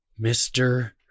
Mr